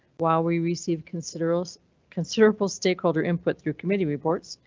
while we received considerable considerable stakeholder input through committee reports,